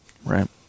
Right